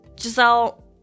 Giselle